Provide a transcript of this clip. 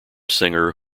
singer